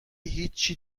هیچی